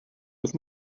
with